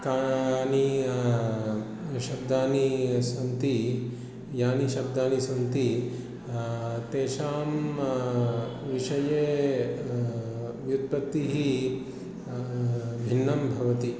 कानि शब्दानि सन्ति यानि शब्दानि सन्ति तेषां विषये व्युत्पत्तिः भिन्नं भवति